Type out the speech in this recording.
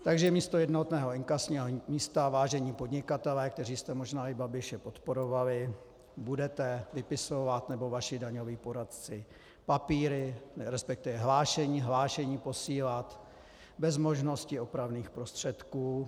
Takže místo jednotného inkasního místa, vážení podnikatelé, kteří jste možná i Babiše podporovali, budete vypisovat, nebo vaši daňoví poradci, papíry, resp. hlášení, hlášení posílat bez možnosti opravných prostředků.